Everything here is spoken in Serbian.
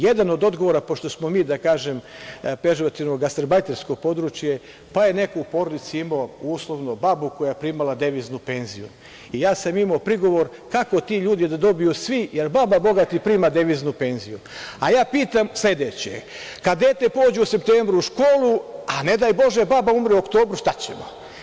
Jedan od odgovora, pošto smo mi, da kažem pežorativno, gasterbajtersko područje, pa je neko u porodici imao uslovno babu koja je primala deviznu penziju i ja sam imao prigovor kako ti ljudi da dobiju svi, jer baba, bogati, prima deviznu penziju, a ja pitam sledeće – kada dete pođe u septembru u školu, a ne daj bože baba umre u oktobru, šta ćemo?